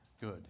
good